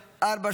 2024,